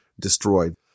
destroyed